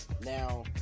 Now